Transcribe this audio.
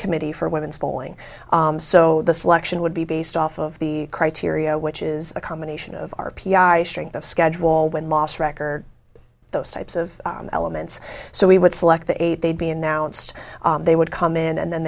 committee for women's bowling so the selection would be based off of the criteria which is a combination of r p i strength of schedule all win loss record those types of elements so we would select the eight they'd be announced they would come in and then